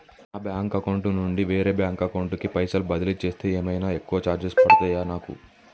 నా bank account నుండి వేరే బ్యాంక్ అకౌంట్ కి పైసల్ బదిలీ చేస్తే ఏమైనా ఎక్కువ చార్జెస్ పడ్తయా నాకు?